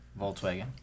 Volkswagen